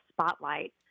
spotlight